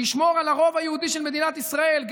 שישמור על הרוב היהודי של מדינת ישראל,